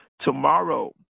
Tomorrow